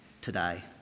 today